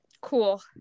Cool